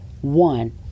One